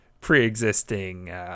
pre-existing